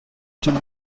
طول